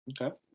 okay